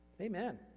Amen